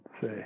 say